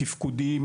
תפקודיים,